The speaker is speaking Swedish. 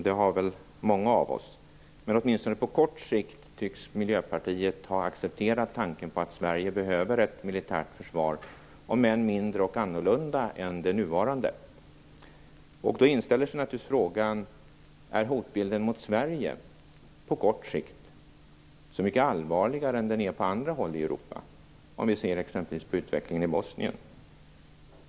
Det har många av oss, men åtminstone på kort sikt tycks Miljöpartiet ha accepterat tanken på att Sverige behöver ett militärt försvar, om än mindre och annorlunda än det nuvarande. Då inställer sig naturligtvis frågan: Är hotbilden mot Sverige, på kort sikt, så mycket allvarligare än den är på andra håll i Europa? Man kan exempelvis se på utvecklingen i Bosnien.